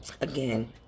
Again